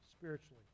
spiritually